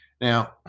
Now